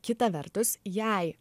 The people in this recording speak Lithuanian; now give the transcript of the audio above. kita vertus jei